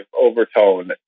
overtone